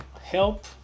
help